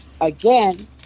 again